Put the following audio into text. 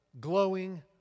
glowing